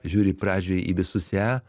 žiūri pradžioj į visus e